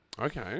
Okay